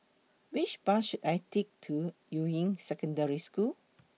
Which Bus should I Take to Yuying Secondary School